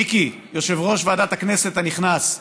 מיקי, יושב-ראש ועדת הכנסת הנכנס.